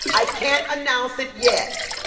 i can't announce it yet.